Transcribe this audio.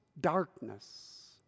darkness